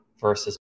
versus